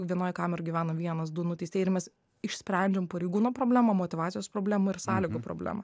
vienoj kameroj gyvena vienas du nuteistieji ir mes išsprendžiam pareigūno problemą motyvacijos problemą ir sąlygų problemą